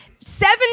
seven